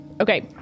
Okay